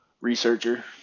researcher